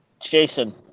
Jason